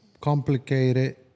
complicated